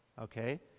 Okay